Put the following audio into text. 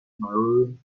maroon